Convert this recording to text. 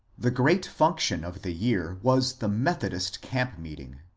the great function of the year was the methodist camp meeting.